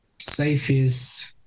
safest